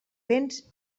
vents